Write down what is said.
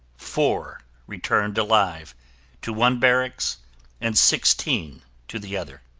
four returned alive to one barracks and sixteen to the other.